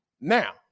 Now